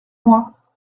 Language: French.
moi